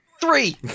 Three